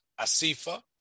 asifa